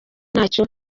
ntacyo